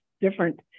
different